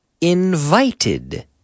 invited